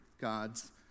God's